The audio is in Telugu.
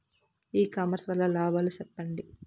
ఇ కామర్స్ వల్ల లాభాలు సెప్పండి?